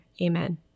Amen